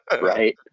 Right